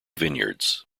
vineyards